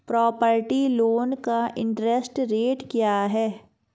Property loan का interest rate क्या है?